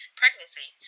pregnancy